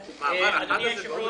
אדוני היושב ראש,